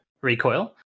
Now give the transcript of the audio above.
recoil